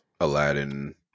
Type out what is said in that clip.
aladdin